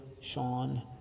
Sean